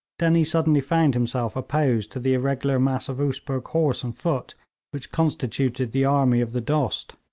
dennie suddenly found himself opposed to the irregular mass of oosbeg horse and foot which constituted the army of the dost.